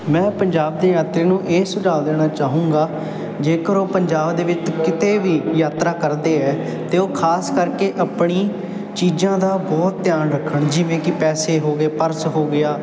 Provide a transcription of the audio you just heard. ਮੈਂ ਪੰਜਾਬ ਦੇ ਯਾਤਰੀ ਨੂੰ ਇਹ ਸੁਝਾਅ ਦੇਣਾ ਚਾਹੁੰਗਾ ਜੇਕਰ ਉਹ ਪੰਜਾਬ ਦੇ ਵਿੱਚ ਕਿਤੇ ਵੀ ਯਾਤਰਾ ਕਰਦੇ ਹੈ ਤਾਂ ਉਹ ਖ਼ਾਸ ਕਰਕੇ ਆਪਣੀ ਚੀਜ਼ਾਂ ਦਾ ਬਹੁਤ ਧਿਆਨ ਰੱਖਣ ਜਿਵੇਂ ਕਿ ਪੈਸੇ ਹੋ ਗਏ ਪਰਸ ਹੋ ਗਿਆ